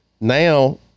Now